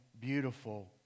beautiful